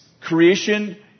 Creation